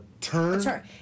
turn